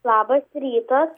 labas rytas